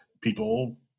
people